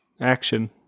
Action